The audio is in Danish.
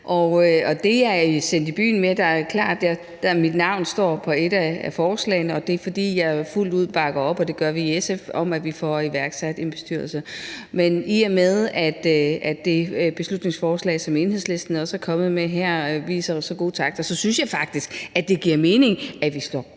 hvad jeg er sendt i byen med, for mit navn står på et af forslagene, og det er, fordi jeg og SF fuldt ud bakker op om, at vi får nedsat en bestyrelse. Men i og med at det beslutningsforslag, som Enhedslisten er kommet med her, viser så gode takter, så synes jeg faktisk, at det giver mening, at vi slår